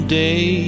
day